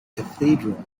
cathedral